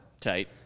Tight